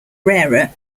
rarer